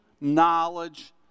knowledge